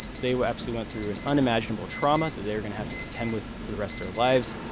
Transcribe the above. they absolutely went through an unimaginable trauma that they're going to have to contend with for the rest of their lives.